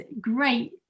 great